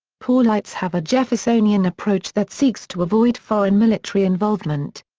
paulites have a jeffersonian approach that seeks to avoid foreign military involvement.